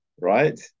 right